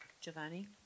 Giovanni